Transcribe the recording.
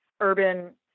urban